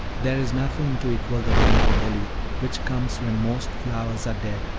there is nothing to equal the rainbow lily, which comes when most flowers are dead,